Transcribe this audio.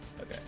Okay